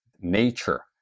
Nature